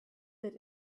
that